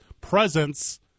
presence